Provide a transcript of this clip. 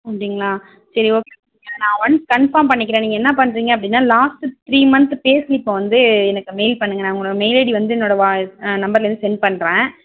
அப்படிங்ளா சரி ஓகே நான் ஒன்ஸ் கன்ஃபார்ம் பண்ணிக்கிறேன் நீங்கள் என்ன பண்ணுறீங்க அப்படின்னா லாஸ்ட்டு த்ரீ மந்த்து பே ஸ்லிப்பை வந்து எனக்கு மெயில் பண்ணுங்க நான் உங்களோடய மெயில் ஐடி வந்து என்னோடய வா நம்பர்லேருந்து சென்ட் பண்ணுறேன்